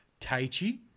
Taichi